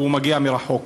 כי הוא מגיע מרחוק.